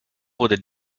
wurde